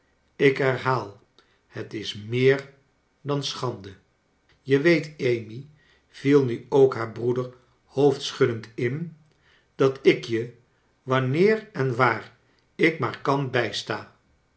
ik herhaal het is meer dan schande je weet amy viel nu ook haar broeder hoofdschuddend in dat ik je wanneer en waar ik maar kan bijsta